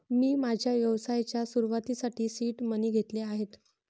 मी माझ्या व्यवसायाच्या सुरुवातीसाठी सीड मनी घेतले आहेत